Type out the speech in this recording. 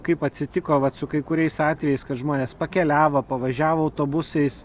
kaip atsitiko vat su kai kuriais atvejais kad žmonės pakeliavo pavažiavo autobusais